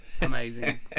amazing